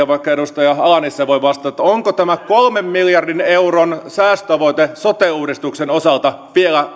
vaikka edustaja ala nissilä voi vastata onko tämä kolmen miljardin euron säästötavoite sote uudistuksen osalta vielä